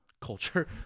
culture